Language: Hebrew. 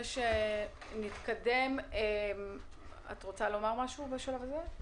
את רוצה לומר משהו בשלב הזה?